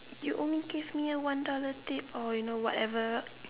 you only give me one dollar tip or you know whatever